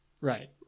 Right